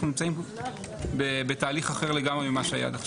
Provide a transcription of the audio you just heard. אנחנו נמצאים בתהליך אחר לגמרי ממה שהיה עד כה.